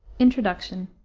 introduction.